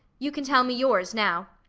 you can tell me yours, now.